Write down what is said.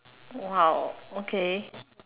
!wow! okay